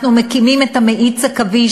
אנחנו מקימים את המאיץ הקווי,